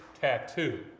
tattoo